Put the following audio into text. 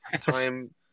time